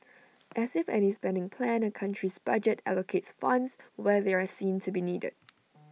as with any spending plan A country's budget allocates funds where they are seen to be needed